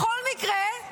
בכל מקרה,